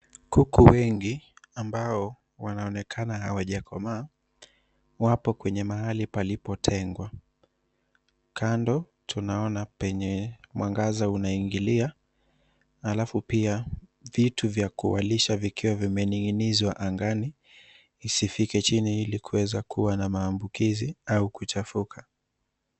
Kuku wengi ambao wanaonekana hawajakomaa wapo kwenye mahali palipotengwa. Kando tunaona penye mwangaza unaingilia alafu pia vitu vya kuwalisha vikiwa vimening'inizwa angani isifike chini ilikuweza kuwa na maambukizi au kuchafuka.